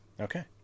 okay